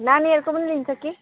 नानीहरूको पनि लिन्छ कि